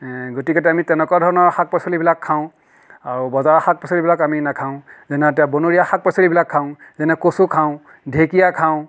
গতিকেতো আমি তেনেকুৱা ধৰণৰ শাক পাচলিবিলাক খাওঁ আৰু বজাৰৰ শাক পাচলিবিলাক আমি নাখাওঁ যেনে এতিয়া বনৰীয়া শাক পাচলিবিলাক খাওঁ যেনে কচু খাওঁ ঢেঁকীয়া খাওঁ